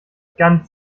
ganz